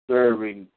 serving